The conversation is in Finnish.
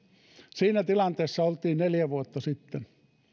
siinä tilanteessa oltiin neljä vuotta sitten